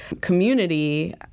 community